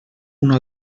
una